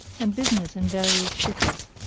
and business in various cities.